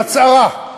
הוא הצהרה.